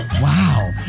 Wow